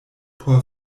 por